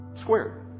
squared